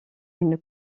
une